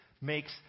makes